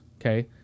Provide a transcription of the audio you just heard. okay